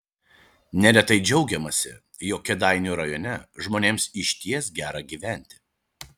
neretai džiaugiamasi jog kėdainių rajone žmonėms išties gera gyventi